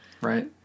Right